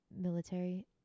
military